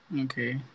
Okay